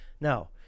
Now